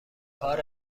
کار